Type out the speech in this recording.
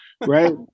Right